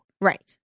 Right